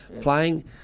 playing